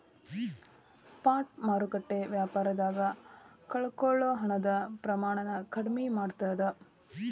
spot ಮಾರುಕಟ್ಟೆ ವ್ಯಾಪಾರದಾಗ ಕಳಕೊಳ್ಳೊ ಹಣದ ಪ್ರಮಾಣನ ಕಡ್ಮಿ ಮಾಡ್ತದ